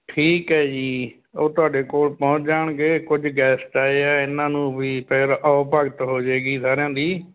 ਠੀਕ ਹੈ ਜੀ ਉਹ ਤੁਹਾਡੇ ਕੋਲ ਪਹੁੰਚ ਜਾਣਗੇ ਕੁਝ ਗੈਸਟ ਆਏ ਆ ਇਹਨਾਂ ਨੂੰ ਵੀ ਫਿਰ ਆਉ ਭਗਤ ਹੋ ਜਾਏਗੀ ਸਾਰਿਆਂ ਦੀ